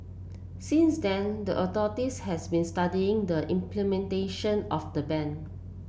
since then the has been studying the implementation of the ban